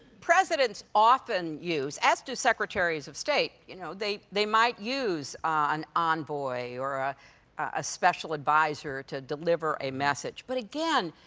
presidents often use, as do secretaries of state, you know, they they might use an envoy or a special advisor to deliver a message, but, again,